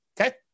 Okay